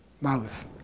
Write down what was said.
mouth